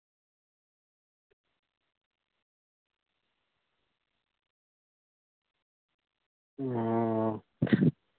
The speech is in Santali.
ᱚ ᱦᱮᱸ